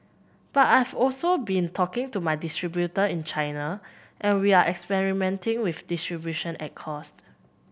but I've also been talking to my distributor in China and we're experimenting with distribution at cost